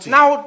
Now